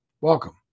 Welcome